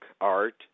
art